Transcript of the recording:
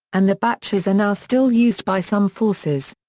and the batches are now still used by some forces.